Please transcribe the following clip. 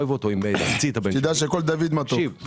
כל דוד מתוק.